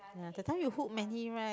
ya that time you hook many right